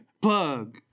plug